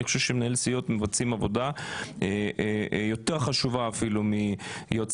אני חושב שמנהלי הסיעות מבצעים עבודה יותר חשובה אפילו מהיועצים